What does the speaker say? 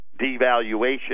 Devaluation